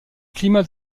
climat